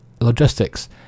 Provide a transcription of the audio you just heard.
logistics